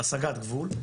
הסגת גבול,